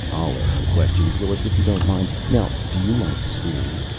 i'll ask the questions, willis, if you don't mind. now, do you like school?